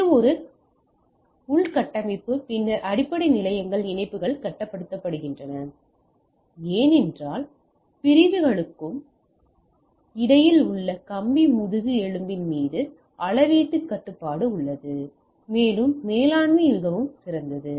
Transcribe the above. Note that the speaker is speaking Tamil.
இது ஒரு கம்பி முதுகெலும்பு மற்றும் உள்கட்டமைப்பு பின்னர் அடிப்படை நிலையங்கள் இணைப்புகள் கட்டுப்படுத்தப்படுகின்றன ஏனென்றால் பிரிவுகளுக்கும் முதலியவற்றிற்கும் இடையில் உள்ள கம்பி முதுகு எலும்பின் மீது அளவீட்டுக் கட்டுப்பாடு உள்ளது மேலும் மேலாண்மை மிகவும் சிறந்தது